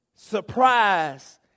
surprise